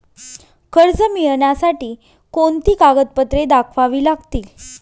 कर्ज मिळण्यासाठी कोणती कागदपत्रे दाखवावी लागतील?